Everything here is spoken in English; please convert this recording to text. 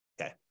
Okay